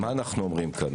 אנו אומרים פה,